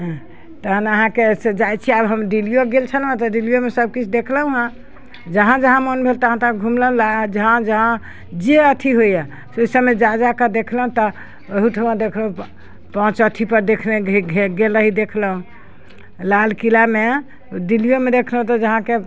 तहन अहाँके जाइ छिए हम दिल्लिओ गेल छलहुँ दिल्लिओमे सब किछु देखलहुँ हँ जहाँ जहाँ मोन भेल तहाँ तहाँ घुमलहुँ जहाँ जहाँ जे अथी होइए ओहिसबमे जा जाकऽ देखलहुँ तऽ ओहोठाम देखलहुँ पाँच अथीपर देखने गेल रही देखलहुँ लाल किलामे दिल्लिओमे देखलहुँ तऽ जहाँके